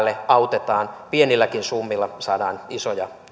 autetaan ja pienilläkin summilla saadaan isoja